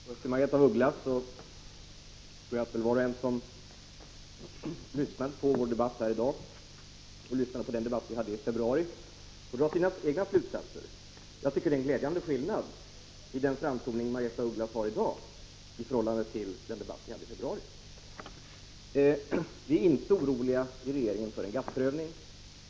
Herr talman! Först vill jag säga till Margaretha af Ugglas att jag tror att var och en som lyssnar på vår debatt i dag, och lyssnade på den debatt vi hade i februari, kan dra sina egna slutsatser. Jag tycker att det är en glädjande skillnad mellan den framtoning Margaretha af Ugglas har i dag och den hon hade under vår debatt i februari. Vi är inte oroliga i regeringen för en GATT-prövning.